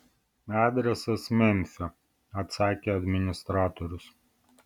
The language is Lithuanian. adresas memfio atsakė administratorius